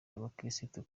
abakirisitu